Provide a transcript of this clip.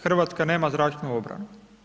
Hrvatska nema zračnu obranu.